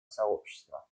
сообщества